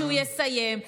שהוא יסיים.